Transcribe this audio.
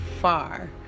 far